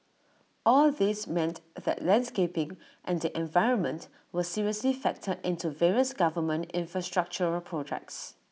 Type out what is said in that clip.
all these meant that landscaping and the environment were seriously factored into various government infrastructural projects